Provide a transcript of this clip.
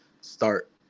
start –